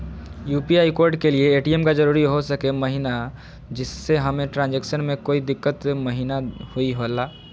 UPI code के लिए ATM का जरूरी हो सके महिना जिससे हमें ट्रांजैक्शन में कोई दिक्कत महिना हुई ला?